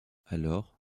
alors